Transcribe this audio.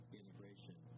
integration